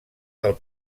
del